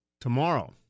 tomorrow